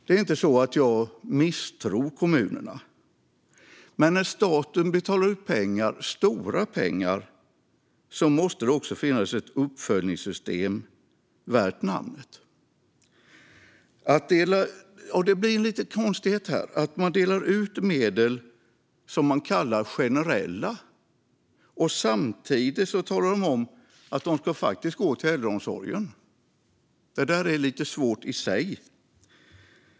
Det är inte så att jag misstror kommunerna, men när staten betalar ut stora pengar måste det också finnas ett uppföljningssystem värt namnet. Det blir en liten konstighet här. Att man delar ut medel som man kallar generella och samtidigt talar om att de ska gå till äldreomsorgen är lite svårt i sig.